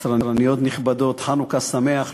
קצרניות נכבדות, חנוכה שמח לכולם.